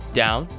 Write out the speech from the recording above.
down